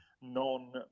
non